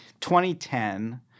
2010